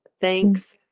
thanks